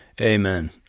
amen